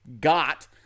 got